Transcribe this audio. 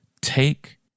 take